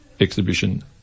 Exhibition